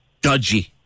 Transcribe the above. dodgy